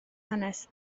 hanes